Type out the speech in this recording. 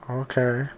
okay